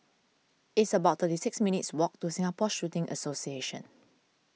it's about thirty six minutes' walk to Singapore Shooting Association